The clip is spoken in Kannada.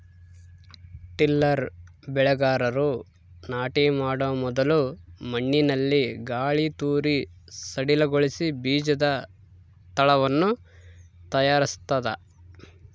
ಟಿಲ್ಲರ್ ಬೆಳೆಗಾರರು ನಾಟಿ ಮಾಡೊ ಮೊದಲು ಮಣ್ಣಿನಲ್ಲಿ ಗಾಳಿತೂರಿ ಸಡಿಲಗೊಳಿಸಿ ಬೀಜದ ತಳವನ್ನು ತಯಾರಿಸ್ತದ